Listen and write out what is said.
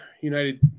United